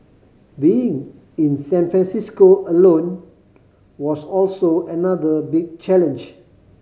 being in San Francisco alone was also another big challenge